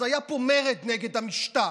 אז היה פה מרד נגד המשטר.